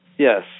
Yes